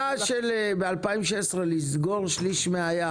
של 2016 שקבעה שיש לסגור שליש מן הים,